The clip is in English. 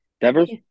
Devers